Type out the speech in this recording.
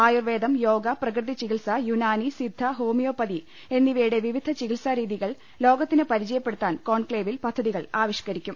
ആയുർവേദം യോഗ പ്രകൃതി ചികിത്സ യുനാനി സിദ്ധ ഹോമിയോപ്പതി എന്നിവയുടെ വിവിധ ചികിത്സാ രീതികൾ ലോകത്തിന് പരിചയപ്പെടുത്താൻ കോൺക്ലെയ്വിൽ പദ്ധതികൾ ആവിഷ്കരിക്കും